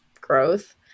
growth